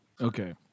Okay